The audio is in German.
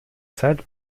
zeit